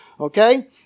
Okay